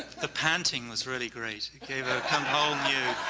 the panting was really great it gave a um whole new